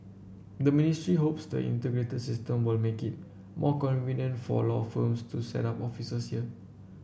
the ministry hopes the integrated system will make it more convenient for law firms to set up offices here